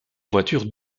voiture